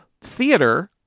theater